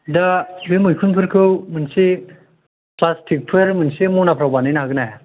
दा बे मैखुनफोरखौ मोनसे फ्लास्टिकफोर मोनसे मनाफ्राव बानायनो हागोनना हाया